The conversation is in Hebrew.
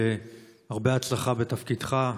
הרבה הצלחה בתפקידך.